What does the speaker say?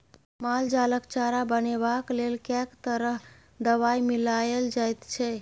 माल जालक चारा बनेबाक लेल कैक तरह दवाई मिलाएल जाइत छै